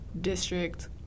District